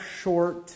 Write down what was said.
short